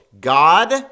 God